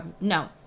no